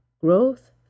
Growth